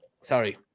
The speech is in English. Sorry